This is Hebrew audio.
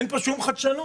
אין פה שום חדשנות.